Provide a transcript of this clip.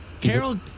Carol